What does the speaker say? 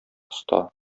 оста